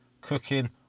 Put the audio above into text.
cooking